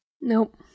Nope